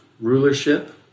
Rulership